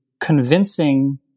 convincing